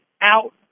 out